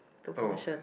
oh